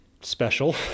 special